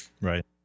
Right